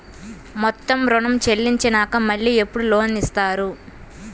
మొత్తం ఋణం చెల్లించినాక మళ్ళీ ఎప్పుడు లోన్ ఇస్తారు?